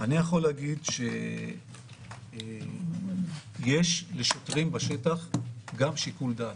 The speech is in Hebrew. אני יכול להגיד שיש לשוטרים בשטח גם שיקול דעת.